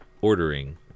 ordering